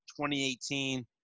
2018